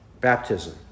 baptism